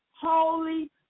holy